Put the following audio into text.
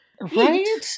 right